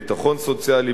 ביטחון סוציאלי,